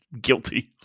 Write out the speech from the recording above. Guilty